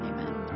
Amen